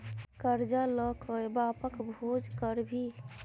करजा ल कए बापक भोज करभी?